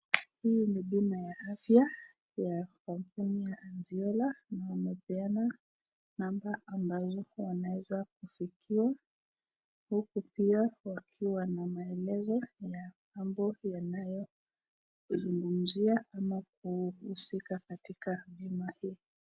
Hii ni bima ya afya ya kampuni ya Anziano na wamepeana namba ambayo wanaweza kufikiwa ,huku pia wakiwa na maelezo ya mambo yanayo zungumzia ama kuhuisika katika bima hii.